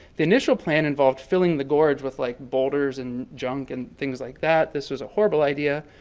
the initial plan involved filling the gorge with like boulders and junk and things like that. this was a horrible idea,